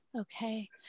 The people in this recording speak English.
Okay